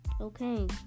okay